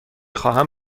خواهم